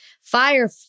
fire